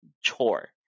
chore